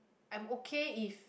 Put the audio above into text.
I'm okay if